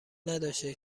نداشته